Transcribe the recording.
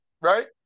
right